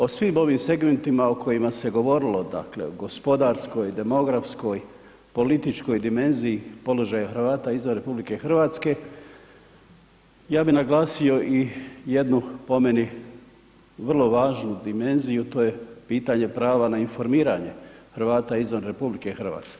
O svim ovim segmentima o kojima se govorilo, dakle, gospodarskoj, demografskoj, političkoj dimenziji položaja Hrvata izvan RH, ja bi naglasio i jednu po meni vrlo važnu dimenziju a to je pitanje prava na informiranje Hrvata izvan RH.